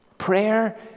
Prayer